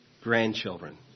grandchildren